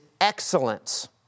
excellence